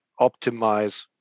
optimize